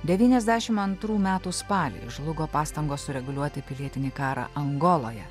devyniasdešim antrų metų spalį žlugo pastangos sureguliuoti pilietinį karą angoloje